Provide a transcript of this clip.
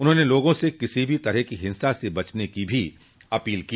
उन्होंने लोगों से किसी भी तरह की हिंसा से बचने की भी अपील की